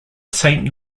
saint